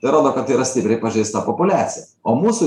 tai rodo kad yra stipriai pažeista populiacija o mūsų